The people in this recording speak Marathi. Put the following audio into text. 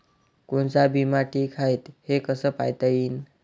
कोनचा बिमा ठीक हाय, हे कस पायता येईन?